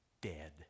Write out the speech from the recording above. dead